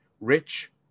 rich